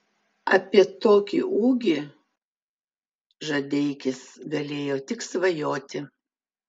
apie tokį ūgį žadeikis galėjo tik svajoti